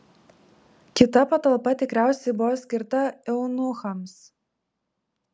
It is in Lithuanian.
kita patalpa tikriausiai buvo skirta eunuchams